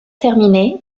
terminée